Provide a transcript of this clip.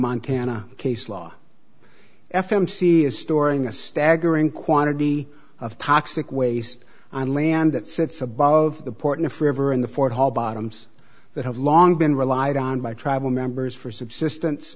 montana case law f m c is storing a staggering quantity of toxic waste on land that sits above the port for ever in the fort hall bottoms that have long been relied on by tribal members for subsistence